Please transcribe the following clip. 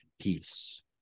Peace